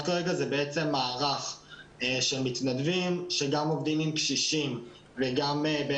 כרגע זה מערך של מתנדבים שגם עובדים עם קשישים וגם עם